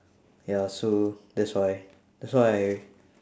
ya so that's why that's why I